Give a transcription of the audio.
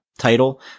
title